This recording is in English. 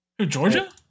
Georgia